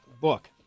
book